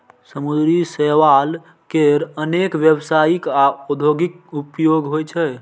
समुद्री शैवाल केर अनेक व्यावसायिक आ औद्योगिक उपयोग होइ छै